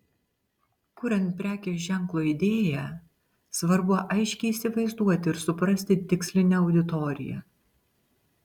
kuriant prekės ženklo idėją svarbu aiškiai įsivaizduoti ir suprasti tikslinę auditoriją